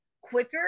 quicker